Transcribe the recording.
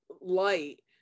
light